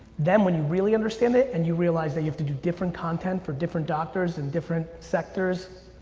then, when you really understand it, and you realize that you have to do different content for different doctors in different sectors,